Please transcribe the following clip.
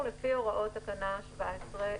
כאמור, לפי הוראות תקנה 17(ג).".